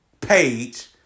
page